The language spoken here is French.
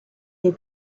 les